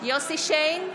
יוסף שיין,